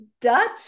Dutch